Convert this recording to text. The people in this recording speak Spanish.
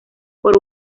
por